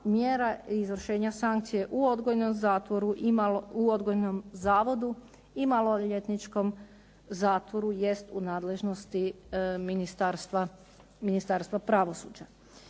zatvoru i u odgojnom zavodu i maloljetničkom zatvoru jest u nadležnosti Ministarstva pravosuđa.